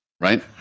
right